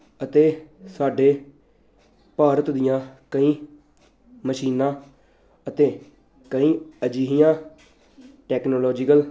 ਅਤੇ ਸਾਡੇ ਭਾਰਤ ਦੀਆਂ ਕਈ ਮਸ਼ੀਨਾਂ ਅਤੇ ਕਈ ਅਜਿਹੀਆਂ ਟੈਕਨੋਲੋਜੀਕਲ